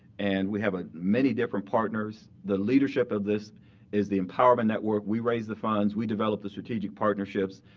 and we have ah many different partners. the leadership of this is the empowerment network. we raise the funds, we develop the strategic partnerships,